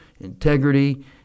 integrity